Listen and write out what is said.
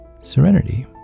serenity